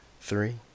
three